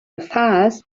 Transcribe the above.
affairs